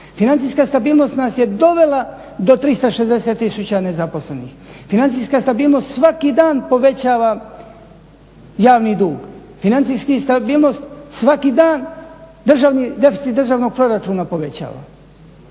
Financijska stabilnost nas je dovela do 360 tisuća nezaposlenih, financijska stabilnost svaki dan povećava javni dug, financijska stabilnost svaki dan deficit državnog proračuna povećava.